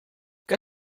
que